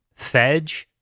Fedge